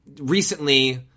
recently